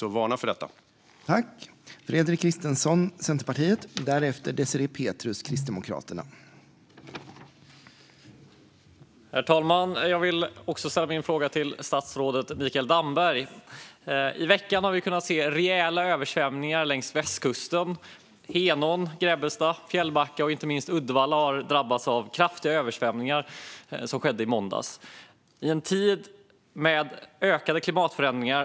Jag vill därför varna för det.